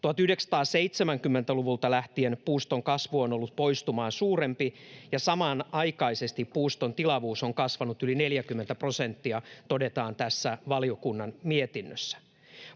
1970-luvulta lähtien puuston kasvu on ollut poistumaa suurempi, ja samanaikaisesti puuston tilavuus on kasvanut yli 40 prosenttia, todetaan tässä valiokunnan mietinnössä.